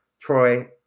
Troy